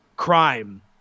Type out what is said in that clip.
crime